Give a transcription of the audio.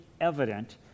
evident